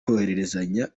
kohererezanya